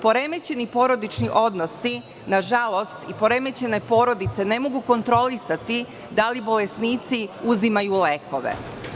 Poremećeni porodični odnosi, nažalost, i poremećene porodice ne mogu kontrolisati da li bolesnici uzimaju lekove.